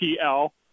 PL